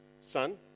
son